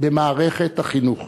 במערכת החינוך,